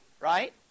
right